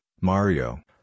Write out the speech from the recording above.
Mario